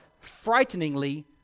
frighteningly